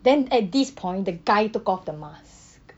then at this point the guy took off the mask